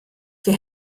wir